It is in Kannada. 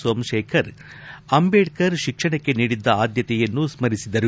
ಸೋಮಶೇಖರ್ ಅಂಬೇಡ್ತರ್ ಅವರು ಶಿಕ್ಷಣಕ್ಕೆ ನೀಡಿದ್ದ ಆದ್ದತೆಯನ್ನು ಸ್ನರಿಸಿದರು